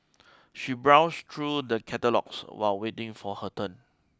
she browsed through the catalogues while waiting for her turn